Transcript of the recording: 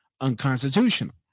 unconstitutional